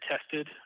tested